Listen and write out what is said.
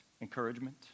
Encouragement